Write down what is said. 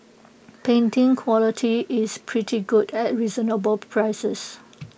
printing quality is pretty good at reasonable prices